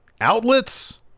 outlets